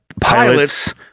pilot's